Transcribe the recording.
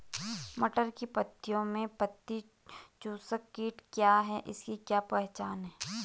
मटर की पत्तियों में पत्ती चूसक कीट क्या है इसकी क्या पहचान है?